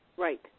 Right